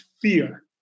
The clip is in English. fear